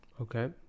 Okay